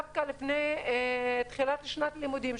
לפני תחילת שנת לימודים,